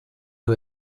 who